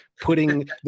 putting